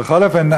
בכל אופן,